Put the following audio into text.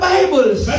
Bibles